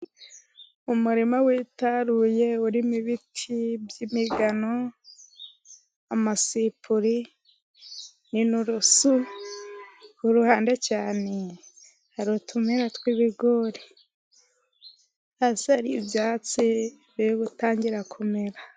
Umurima witaruye urimo ibiti by'imigano, amasipuri n'inturusu, ku ruhande cyane hari utumera tw'ibigori, hari ibyatsi biri gutangira kumera.